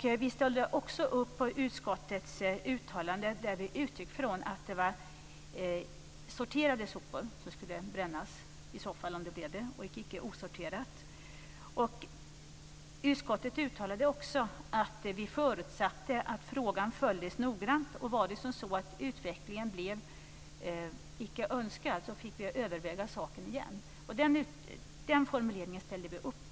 Vi ställde också upp på utskottets uttalanden som utgick från att det i så fall var sorterade sopor som skulle brännas och icke osorterade. Utskottet uttalade också att vi förutsatte att frågan skulle följas noggrant, och var det så att utvecklingen blev icke önskad skulle vi överväga saken igen. Den formuleringen ställde vi upp på.